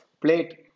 plate